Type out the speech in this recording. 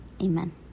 Amen